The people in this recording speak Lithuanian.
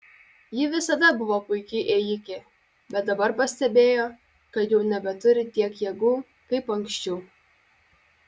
ji visada buvo puiki ėjike bet dabar pastebėjo kad jau nebeturi tiek jėgų kaip anksčiau